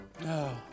no